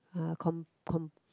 uh com com